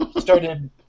started